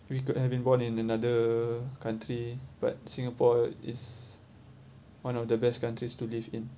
we could have been born in another country but singapore is one of the best countries to live in